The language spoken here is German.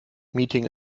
meeting